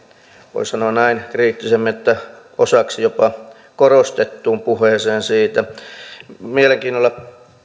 voisi sanoa näin kriittisemmin osaksi jopa korostettuun puheeseen siitä mielenkiinnolla